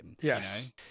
yes